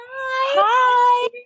Hi